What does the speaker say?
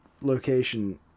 location